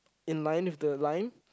in line with the line